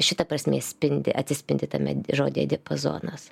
šita prasmė spindi atsispindi tame žodyje diapazonas